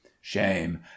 shame